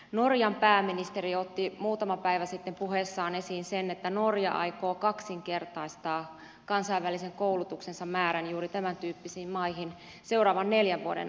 norjan pääministeri otti muutama päivä sitten puheessaan esiin sen että norja aikoo kaksinkertaistaa kansainvälisen koulutuksensa määrän juuri tämäntyyppisissä maissa seuraavien neljän vuoden aikana